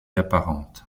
apparente